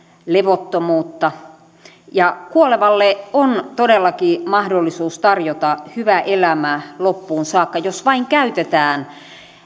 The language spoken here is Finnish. levottomuutta kuolevalle on todellakin mahdollisuus tarjota hyvä elämä loppuun saakka jos vain käytetään